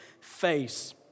face